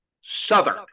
Southern